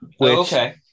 Okay